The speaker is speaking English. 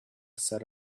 set